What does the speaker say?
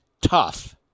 tough